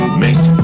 make